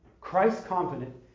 Christ-confident